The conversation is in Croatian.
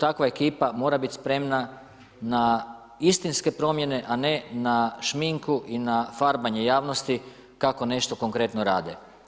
takva ekipa mora biti spremna na istinske promjene a ne na šminku i na farbanje javnosti kako nešto konkretno rade.